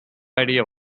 idea